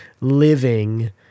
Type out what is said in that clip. living